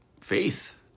faith